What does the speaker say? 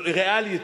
ריאלית,